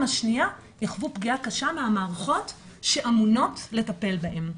השנייה יעברו פגיעה קשה מהמערכות שאמונות לטפל בהם.